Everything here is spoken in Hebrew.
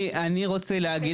אני רוצה להגיד